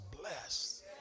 blessed